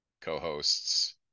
co-hosts